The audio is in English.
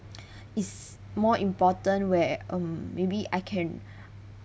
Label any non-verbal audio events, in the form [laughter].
[breath] is more important where um maybe I can